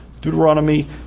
Deuteronomy